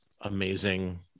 amazing